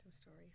story